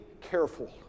careful